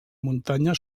muntanya